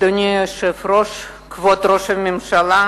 אדוני היושב-ראש, כבוד ראש הממשלה,